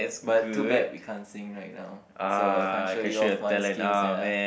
but too bad we can't sing right now so I can't show you off my skills ya